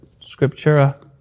scriptura